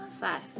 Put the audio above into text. Five